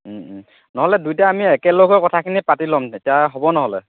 নহ'লে দুইটা আমি একেলগ হৈ কথাখিনি পাতি ল'ম তেতিয়া হ'ব নহ'লে